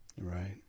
Right